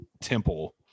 Temple